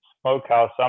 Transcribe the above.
Smokehouse